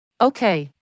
Okay